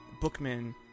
bookman